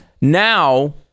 now